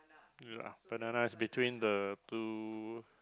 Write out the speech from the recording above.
ya banana is between the blue